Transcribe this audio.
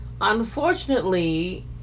unfortunately